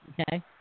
okay